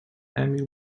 emil